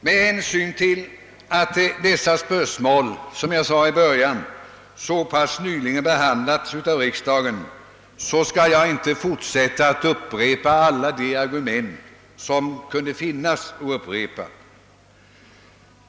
Med hänsyn till att detta spörsmål, som jag sade i början, nyligen behand lats av riksdagen, skall jag inte fortsätta att upprepa alla de argument som kunde anföras.